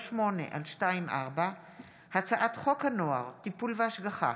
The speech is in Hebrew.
הצעת חוק הכנסת (תיקון,